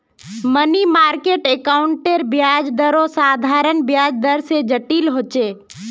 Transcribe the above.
money market अकाउंटेर ब्याज दरो साधारण ब्याज दर से जटिल होचे